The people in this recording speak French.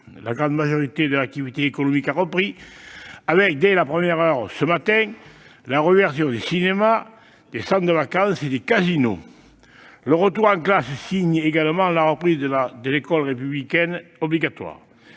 Une grande part de l'activité économique a repris, avec, dès la première heure ce matin, la réouverture des cinémas, des centres de vacances et des casinos. Le retour en classe signe également la reprise de l'école républicaine obligatoire.